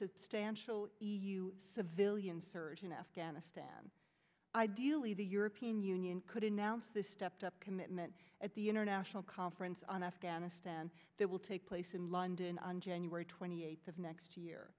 substantial civilian surge in afghanistan ideally the european union could announce the stepped up commitment at the international conference on afghanistan that will take place in london on january twenty eighth of next year